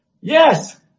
Yes